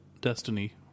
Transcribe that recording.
Destiny